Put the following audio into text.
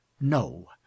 No